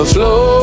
Flow